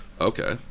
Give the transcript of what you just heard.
okay